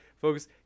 folks